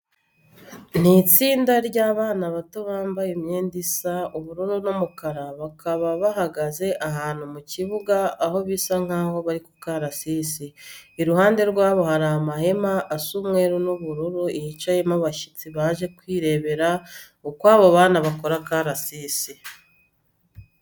Ni itsinda ry'abana bato bambaye imyenda isa ubururu n'umukara, bakaba bahagaze ahantu mu kibuga aho bisa nkaho bari ku karasisi. Iruhande rwabo hari amahema asa umweru n'ubururu yicayemo abashyitsi baje kwirebera uko abo bana bakora akarasisi.